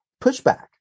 pushback